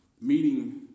Meeting